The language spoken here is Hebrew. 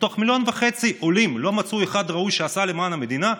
מתוך מיליון וחצי עולים לא מצאו אחד ראוי שעשה למען המדינה?